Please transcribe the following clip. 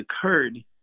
occurred